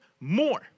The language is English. more